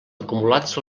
acumulats